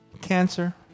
cancer